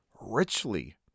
richly